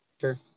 Sure